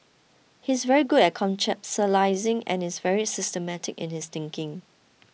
he's very good at conceptualising and is very systematic in his thinking